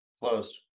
Closed